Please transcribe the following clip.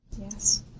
Yes